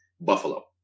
Buffalo